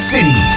City